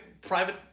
private